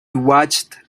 watched